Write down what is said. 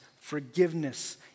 forgiveness